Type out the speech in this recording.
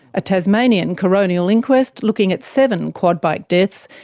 a tasmanian coronial inquest, looking at seven quad bike deaths,